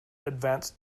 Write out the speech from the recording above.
advanced